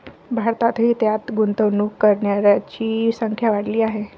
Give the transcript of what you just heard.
भारतातही त्यात गुंतवणूक करणाऱ्यांची संख्या वाढली आहे